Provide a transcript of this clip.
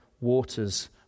waters